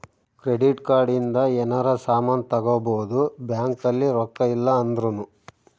credit card ಇಂದ ಯೆನರ ಸಾಮನ್ ತಗೊಬೊದು ಬ್ಯಾಂಕ್ ಅಲ್ಲಿ ರೊಕ್ಕ ಇಲ್ಲ ಅಂದೃನು